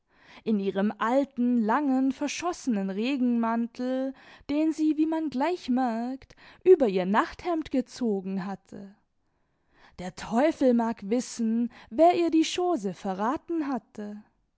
in ihrem alten langen verschossenen regenmantel den sie wie man gleich merkt über ihr nachthemd gezogen hatte der teufel mag wissen wer ihr die chose verraten hatte